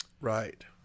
Right